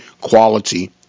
quality